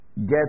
Get